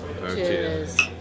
Cheers